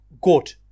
good